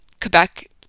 Quebec